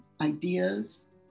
ideas